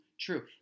true